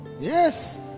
Yes